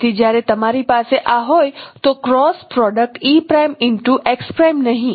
તેથી જ્યારે તમારી પાસે આ હોય તો ક્રોસ પ્રોડક્ટ નહીં